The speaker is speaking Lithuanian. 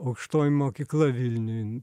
aukštoji mokykla vilniuj